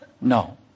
No